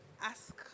ask